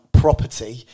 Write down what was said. property